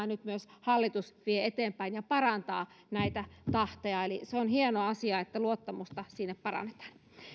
nyt myös hallitus vie eteenpäin ja parantaa näitä tahteja eli on hieno asia että luottamusta parannetaan